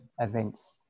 events